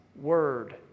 word